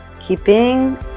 keeping